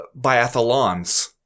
biathlons